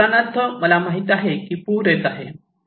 उदाहरणार्थ मला माहित आहे की पूर येत आहे